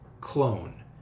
clone